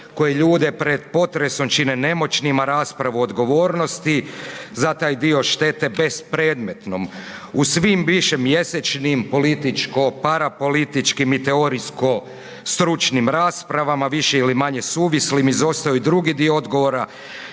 koji ljude pred potresom čine nemoćnim, a raspravu odgovornosti za taj dio štete bespredmetnom. U svim bivšim mjesečnim, političko, parapolitičkim i teorijsko stručnim raspravama više ili manje suvislim izostao je drugi dio odgovora